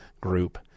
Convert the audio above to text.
group